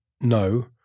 no